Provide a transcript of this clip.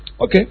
Okay